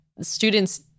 students